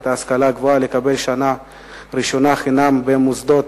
ההשכלה הגבוהה שנת לימודים ראשונה חינם במוסדות,